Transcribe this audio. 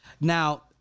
Now